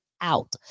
out